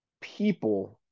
people-